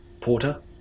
porter